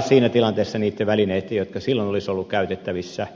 siinä tilanteessa niitten välineitten jotka silloin olisivat olleet käytettävissä